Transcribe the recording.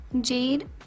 Jade